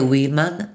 Wilman